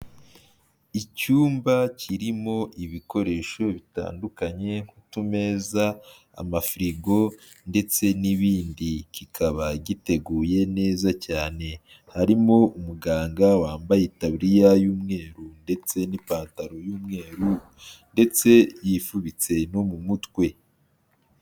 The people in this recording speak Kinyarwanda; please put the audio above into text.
Icyumba kirimo ibikoresho bitandukanye nk'utumeza, amafirigo ndetse n'ibindi, kikaba giteguye neza cyane harimo umuganga wambaye itabuliriya y'umweru ndetse n'ipantaro y'umweru ndetse yifubitse no mu mutwe.